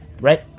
right